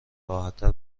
راحتتر